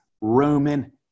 roman